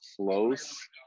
close